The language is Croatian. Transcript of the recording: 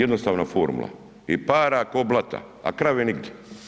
Jednostavna formula i para ko blata a krave nigdje.